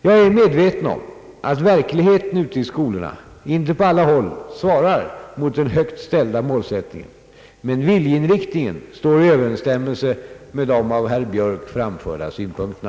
Jag är medveten om att verkligheten ute i skolorna inte på alla håll svarar mot den högt ställda målsättningen, men viljeinriktningen står i Ööverensstämmelse med de av herr Björk framförda synpunkterna.